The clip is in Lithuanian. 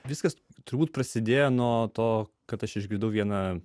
viskas turbūt prasidėjo nuo to kad aš išgirdau viena